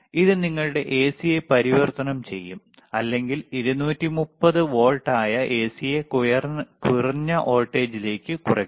ഇത് നിങ്ങളുടെ എസിയെ പരിവർത്തനം ചെയ്യും അല്ലെങ്കിൽ 230 വോൾട്ട് ആയ എസിയെ കുറഞ്ഞ വോൾട്ടേജിലേക്കും കുറയ്ക്കും